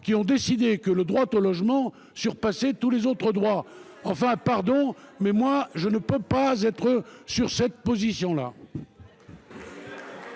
qui ont décidé que le droit au logement surpassé tous les autres droits enfin pardon, mais moi je ne peux pas être sur cette position là.